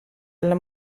alla